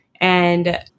And-